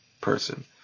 person